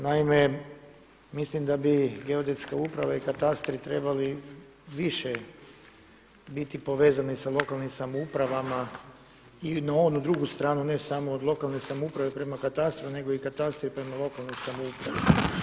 Naime, mislim da bi Geodetska uprava i katastri trebali više biti povezani sa lokalnim samoupravama i na onu drugu stranu, ne samo od lokalne samouprave prema katastru, nego i katastri prema lokalnoj samoupravi.